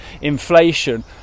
inflation